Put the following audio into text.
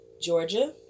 georgia